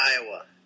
Iowa